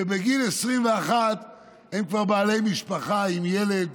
שבגיל 21 הם כבר בעלי משפחה, עם ילד,